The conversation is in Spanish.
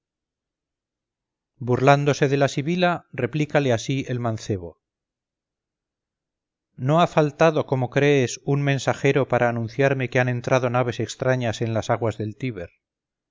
burlándose de la sibila replícale así el mancebo no ha faltado como crees un mensajero para anunciarme que han entrado naves extrañas en las aguas del tíber